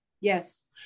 Yes